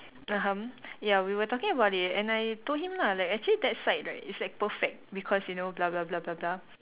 (uh huh) ya we were talking about it and then I told him lah like actually that side right is like perfect because you know blah blah blah blah blah